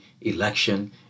election